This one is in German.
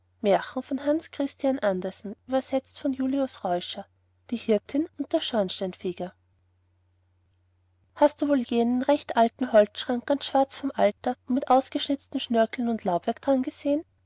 die hirtin und der schornsteinfeger hast du wohl je einen recht alten holzschrank ganz schwarz vom alter und mit ausgeschnitzten schnörkeln und laubwerk daran gesehen